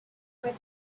them